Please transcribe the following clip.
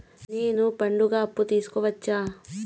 నేను పండుగ అప్పు తీసుకోవచ్చా?